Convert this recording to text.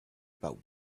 about